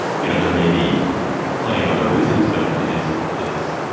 you know, there may be plenty of other reasons, but it is. it's